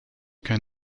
can